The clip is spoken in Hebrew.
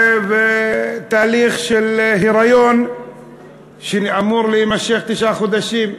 בתהליך של היריון שאמור להימשך תשעה חודשים.